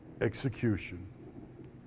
execution